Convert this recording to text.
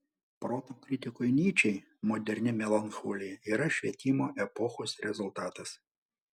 proto kritikui nyčei moderni melancholija yra švietimo epochos rezultatas